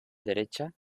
derecha